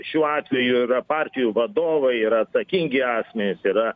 šiuo atveju yra partijų vadovai yra atsakingi asmenys yra